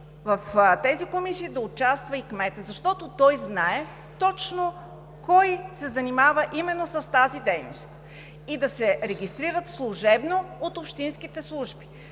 В тези комисии да участва и кметът, защото той знае точно кой се занимава именно с тази дейност и да се регистрират служебно от общинските служби.